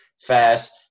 fast